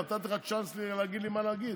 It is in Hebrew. נתתי לך צ'אנס להגיד לי מה להגיד.